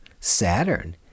Saturn